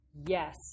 Yes